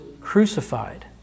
crucified